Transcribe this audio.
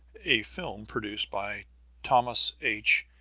a film produced by thomas h.